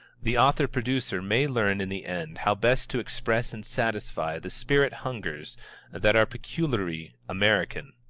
the author-producer may learn in the end how best to express and satisfy the spirit-hungers that are peculiarly american.